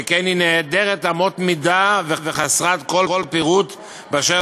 שכן היא נעדרת אמות מידה וחסרת כל פירוט באשר